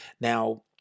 now